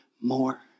more